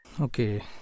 Okay